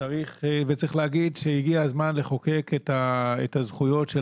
וצריך להגיד שהגיע הזמן לחוקק את הזכויות של